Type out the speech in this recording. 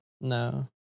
No